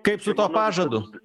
kaip su tuo pažadu